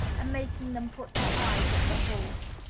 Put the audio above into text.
and making them put their eyes at the holes.